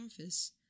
office